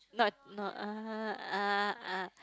not no ah ah ah